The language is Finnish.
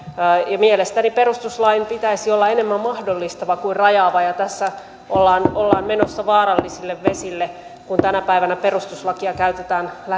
ja mielestäni perustuslain pitäisi olla enemmän mahdollistava kuin rajaava tässä ollaan ollaan menossa vaarallisille vesille kun tänä päivänä perustuslakia käytetään